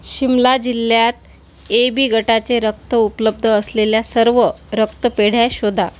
शिमला जिल्ह्यात A B गटाचे रक्त उपलब्ध असलेल्या सर्व रक्तपेढ्या शोधा